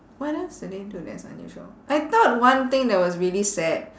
what else do they do that's unusual I thought one thing that was really sad